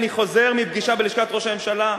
אני חוזר מפגישה בלשכת ראש הממשלה.